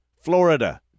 Florida